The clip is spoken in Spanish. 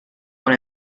con